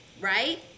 right